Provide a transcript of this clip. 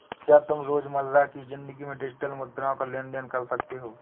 क्या तुम रोजमर्रा की जिंदगी में डिजिटल मुद्राओं का लेन देन कर सकते हो?